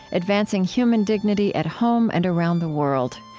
advancing human dignity at home and around the world.